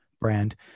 brand